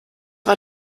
war